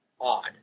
odd